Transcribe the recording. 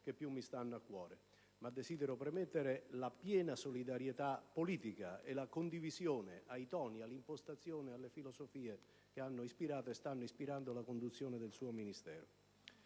che più mi stanno a cuore. Prima però desidero premettere la piena solidarietà politica e la condivisione rispetto ai toni, all'impostazione e alla filosofia che hanno ispirato e stanno ispirando la conduzione del suo Ministero,